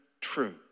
true